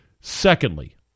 Secondly